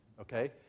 okay